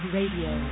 Radio